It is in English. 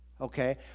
Okay